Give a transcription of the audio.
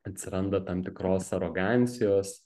atsiranda tam tikros arogancijos